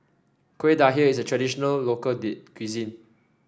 Kuih Dadar is a traditional local cuisine